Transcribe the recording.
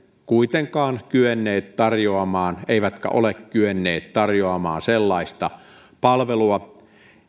kuitenkaan kyenneet tarjoamaan eivätkä ole kyenneet tarjoamaan sellaista palvelua